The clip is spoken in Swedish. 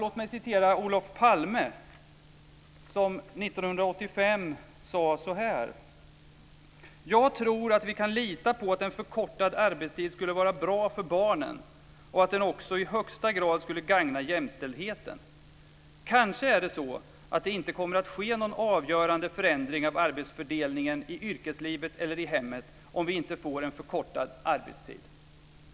Olof Palme sade så här 1985: Jag tror att vi kan lita på att en förkortad arbetstid skulle vara bra för barnen och att den också i högsta grad skulle gagna jämställdheten. Kanske är det så att det inte kommer att ske någon avgörande förändring av arbetsfördelningen i yrkeslivet eller i hemmet om vi inte får en förkortad arbetstid.